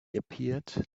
appeared